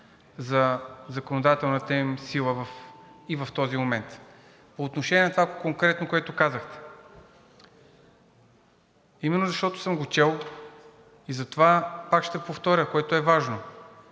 за законодателната им сила и в този момент. По отношение на това конкретно, което казахте. Именно защото съм го чел, затова пак ще повторя, което е важно.